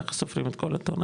סופרים את כל התור,